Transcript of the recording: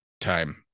time